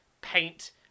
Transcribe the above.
paint